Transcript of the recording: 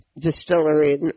Distillery